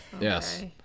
Yes